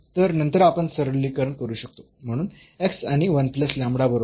तर नंतर आपण सरलीकरण करू शकतो म्हणून आणि बरोबर 1 आहे